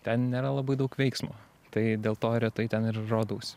ten nėra labai daug veiksmo tai dėl to retai ten ir rodaus